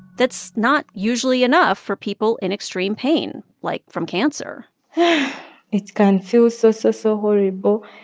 that's not usually enough for people in extreme pain, like from cancer it's going to feel so, so, so horrible.